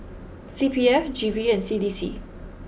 C P F G V and C D C